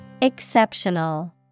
Exceptional